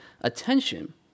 attention